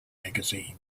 magazine